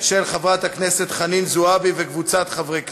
של חברת הכנסת חנין זועבי וקבוצת חברי הכנסת.